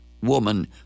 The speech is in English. woman